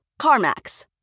CarMax